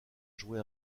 joué